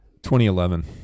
2011